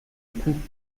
coup